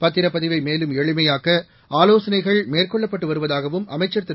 பத்திரப் பதிவை மேலும் எளிமையாக்க ஆலோசனைகள் மேற்கொள்ளப்பட்டு வருவதாகவும் அமைச்சர் திரு